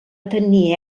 tenir